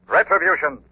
Retribution